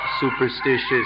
superstitious